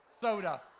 soda